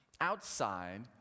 outside